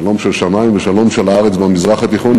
שלום של שמים ושלום של הארץ במזרח התיכון.